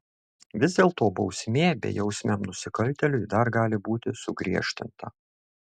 vis dėlto bausmė bejausmiam nusikaltėliui dar gali būti sugriežtinta